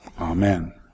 Amen